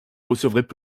recevraient